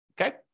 okay